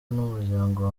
n’umuryango